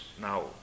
now